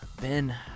Ben